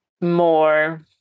more